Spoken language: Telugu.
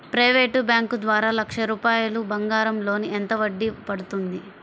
ప్రైవేట్ బ్యాంకు ద్వారా లక్ష రూపాయలు బంగారం లోన్ ఎంత వడ్డీ పడుతుంది?